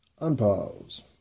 Unpause